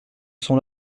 sont